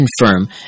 confirm